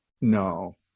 no